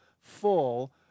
full